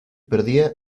perdía